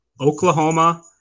Oklahoma